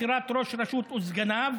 בחירת ראש הרשות וסגניו.